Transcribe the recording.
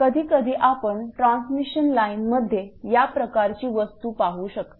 कधीकधी आपण ट्रान्सलेशन लाइनमध्ये या प्रकारची वस्तू पाहू शकता